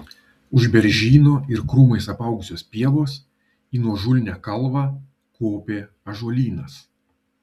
už beržyno ir krūmais apaugusios pievos į nuožulnią kalvą kopė ąžuolynas